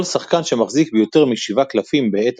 כל שחקן שמחזיק ביותר מ-7 קלפים בעת